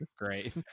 Great